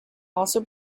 also